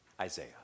Isaiah